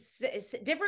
different